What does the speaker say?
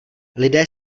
lidé